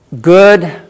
good